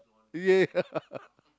yeah